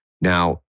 Now